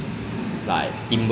so which one would you prefer